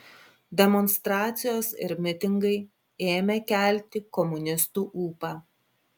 demonstracijos ir mitingai ėmė kelti komunistų ūpą